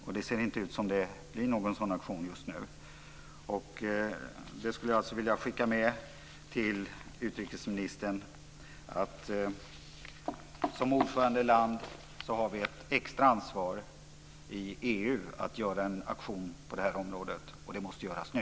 Men det ser inte ut som att det blir någon sådan aktion just nu. Jag skulle alltså vilja skicka med till utrikesministern att Sverige som ordförandeland har ett extra ansvar i EU för att göra en aktion på det här området, och den måste göras nu.